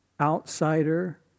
outsider